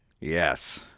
Yes